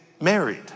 married